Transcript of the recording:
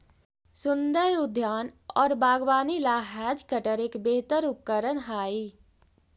सुन्दर उद्यान और बागवानी ला हैज कटर एक बेहतर उपकरण हाई